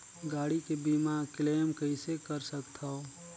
गाड़ी के बीमा क्लेम कइसे कर सकथव?